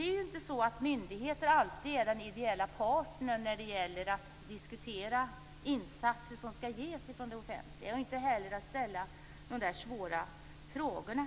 Myndigheter är ju inte alltid den ideala partnern när det gäller att diskutera insatser som skall ges från det offentliga och inte heller när det gäller att ställa de där svåra frågorna.